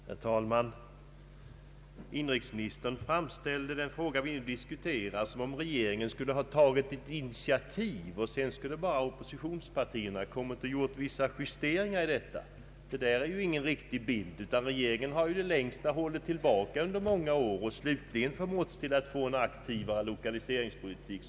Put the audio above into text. Herr talman! Inrikesministern framställde det som om regeringen skulle ha tagit ett initiativ i den fråga som vi nu diskuterar, och sedan skulle oppositionspartierna bara ha gjort vissa justeringar. Det är ingen riktig bild. Regeringen har under många år i det längsta hållit tillbaka och slutligen förmåtts att driva en aktivare lokaliseringspolitik.